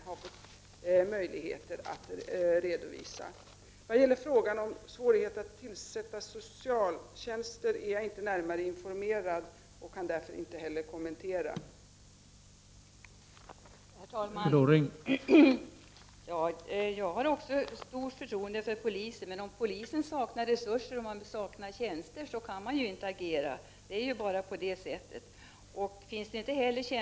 När det gäller frågan om svårigheten att tillsätta socialsekreterare är jag inte närmare informerad och kan därför inte heller kommentera det.